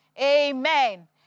Amen